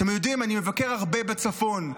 אתם יודעים, אני מבקר הרבה בצפון,